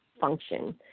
function